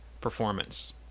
performance